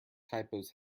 typos